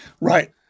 Right